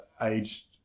aged